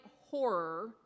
horror